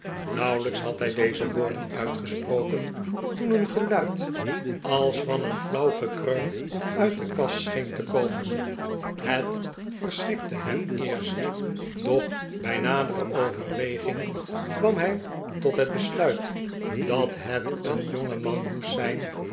nauwelijks had hij deze woorden uitgesproken toen een geluid als van een flauw gekreun uit de kast scheen te komen het verschrikte hem eerst doch bij nadere overweging kwam hij tot het besluit dat het een jongeman moest zijn